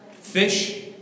Fish